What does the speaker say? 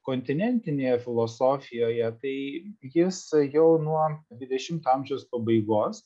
kontinentinėje filosofijoje tai jis jau nuo dvidešimti amžiaus pabaigos